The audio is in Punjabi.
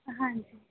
ਹਾਂਜੀ